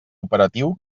operatiu